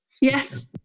Yes